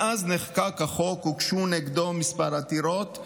מאז נחקק החוק הוגשו נגדו כמה עתירות,